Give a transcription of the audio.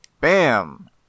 Bam